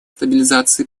стабилизации